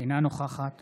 אינה נוכחת